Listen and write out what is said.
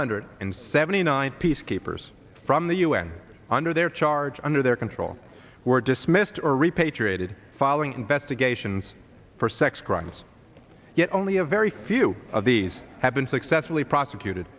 hundred and seventy nine peacekeepers from the un under their charge under their control were dismissed or repatriated following investigations for sex crimes yet only a very few of these have been successfully prosecuted